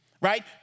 right